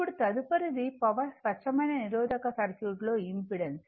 ఇప్పుడు తదుపరిది పవర్ స్వచ్ఛమైన నిరోధక సర్క్యూట్ లో ఇంపెడెన్స్